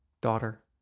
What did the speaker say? Daughter